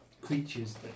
creatures